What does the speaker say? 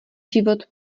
život